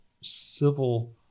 civil